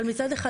אבל מצד אחד,